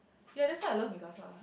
ya that why I love mi casa